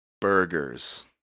burgers